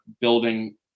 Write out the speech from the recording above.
building